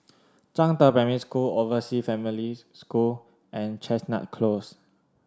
Zhangde Primary School Oversea Families School and Chestnut Close